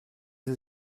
sie